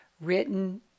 written